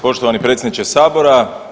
Poštovani predsjedniče Sabora.